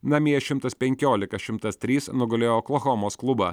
namie šimtas penkiolika šimtas trys nugalėjo oklahomos klubą